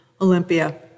Olympia